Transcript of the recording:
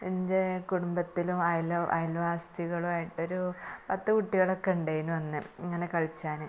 എൻ്റെ കുടുംബത്തിലും അയൽവാസികളുമായിട്ടൊരു പത്ത് കുട്ടികളൊക്കെ ഉണ്ടായിരുന്നു അന്ന് ഇങ്ങനെ കളിച്ചാന്